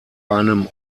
einem